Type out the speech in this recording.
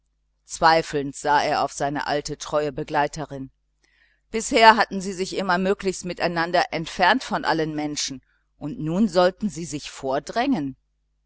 zweifelnd sah er auf seine alte treue begleiterin bisher hatten sie sich immer möglichst miteinander entfernt von allen menschen und nun sollten sie sich vordrängen